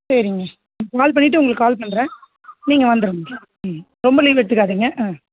சரிங்க கால் பண்ணிவிட்டு உங்களுக்கு கால் பண்ணுறேன் நீங்கள் வந்துடுங்க ம் ரொம்ப லீவ் எடுத்துக்காதீங்க ஆ